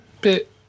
Bit